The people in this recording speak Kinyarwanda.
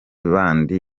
bandi